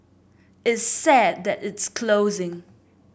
it's sad that it's closing